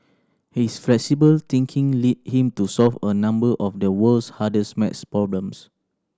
his flexible thinking lead him to solve a number of the world's hardest maths problems